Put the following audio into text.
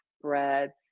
breads